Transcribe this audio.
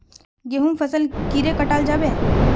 गहुम फसल कीड़े कटाल जाबे?